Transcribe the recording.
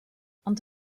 ond